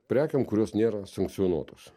prekėm kurios nėra sankcionuotos